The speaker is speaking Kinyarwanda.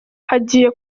hagiye